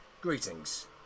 Greetings